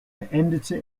beendete